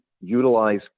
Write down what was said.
utilize